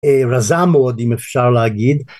רזה מאוד אם אפשר להגיד